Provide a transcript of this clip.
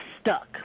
stuck